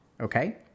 Okay